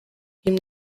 ihm